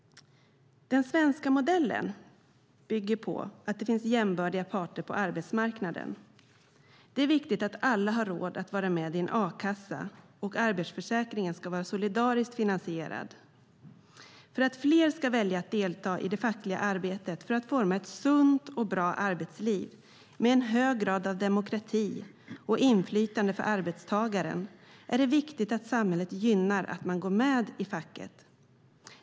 Den svenska modellen bygger på att det finns jämbördiga parter på arbetsmarknaden. Det är viktigt att alla har råd att vara med i en a-kassa, och arbetslöshetsförsäkringen ska vara solidariskt finansierad. För att fler ska välja att delta i det fackliga arbetet för att forma ett sunt och bra arbetsliv med en hög grad av demokrati och inflytande för arbetstagaren är det viktigt att samhället gynnar att man går med i facket.